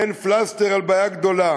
מעין פלסטר על בעיה גדולה,